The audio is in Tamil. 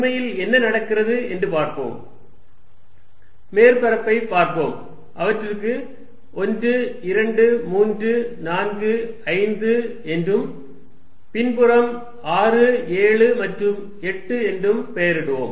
உண்மையில் என்ன நடக்கிறது என்று பார்ப்போம் மேற்பரப்பைப் பார்ப்போம் அவற்றுக்கு 1 2 3 4 5 என்றும் பின்புறம் 6 7 மற்றும் 8 என்றும் பெயரிடுவோம்